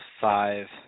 five